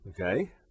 Okay